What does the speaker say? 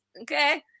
Okay